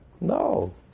No